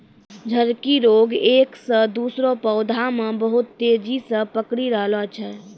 झड़की रोग एक से दुसरो पौधा मे बहुत तेजी से पकड़ी रहलो छै